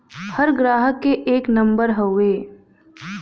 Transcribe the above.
हर ग्राहक के एक नम्बर हउवे